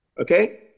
Okay